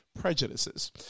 prejudices